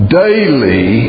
daily